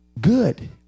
good